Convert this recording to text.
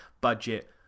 budget